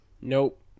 Nope